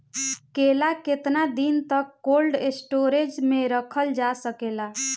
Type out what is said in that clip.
केला केतना दिन तक कोल्ड स्टोरेज में रखल जा सकेला?